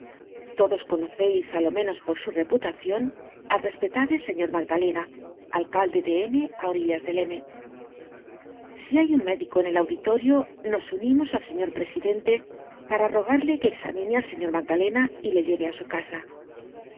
todos conoceis á lo menos por su reputacion al respetable señor magdalena alcalde de m á orillas del m si hay un médico en el auditorio nos unimos al señor presidente para rogarle que examine al señor magdalena y le lleve á su casa